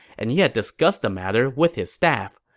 and he had discussed the matter with his staff.